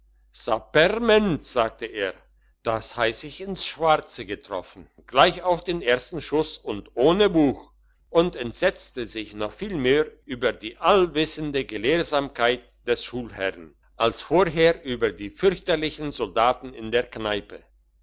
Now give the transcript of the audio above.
sapperment sagte er das heiss ich ins schwarze getroffen gleich auf den ersten schuss und ohne buch und entsetzte sich jetzt noch viel mehr über die allwissende gelehrsamkeit des schulherrn als vorher über die fürchterlichen soldaten in der kneipe